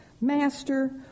Master